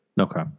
Okay